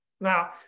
now